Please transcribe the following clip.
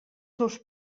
seus